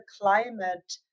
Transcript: climate